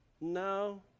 No